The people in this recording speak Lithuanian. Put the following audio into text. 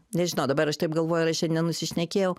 nežinau dabar aš taip galvoju ar aš čia nenusišnekėjau